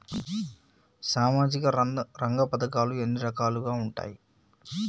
సామాజిక రంగ పథకాలు ఎన్ని రకాలుగా ఉంటాయి?